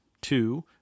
two